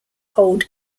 hold